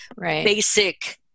basic